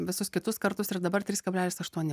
visus kitus kartus ir dabar trys kablelis aštuoni